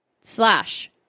slash